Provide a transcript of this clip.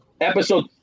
episode